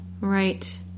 Right